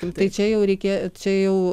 tai čia jau reikia čia jau